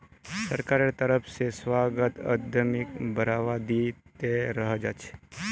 सरकारेर तरफ स संस्थागत उद्यमिताक बढ़ावा दी त रह छेक